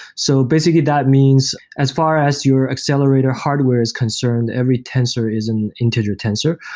so basically, that means as far as your accelerator hardware is concerned, every tensor is an integer tensor,